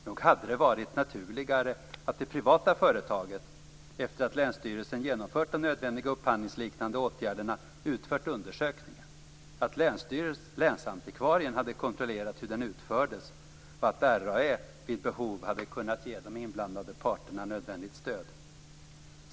Nog hade det varit naturligare att det privata företaget, efter att länsstyrelsen genomfört de nödvändiga upphandlingsliknande åtgärderna, utfört undersökningen, att länsantikvarien hade kontrollerat hur den utfördes och att Riksantikvarieämbetet vid behov hade kunnat ge de inblandade parterna nödvändigt stöd.